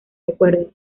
recuerdos